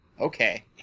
Okay